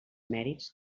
mèrits